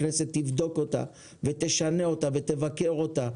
הכנסת תבדוק אותה ותשנה אותה ותבקר אותה.